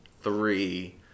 three